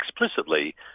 explicitly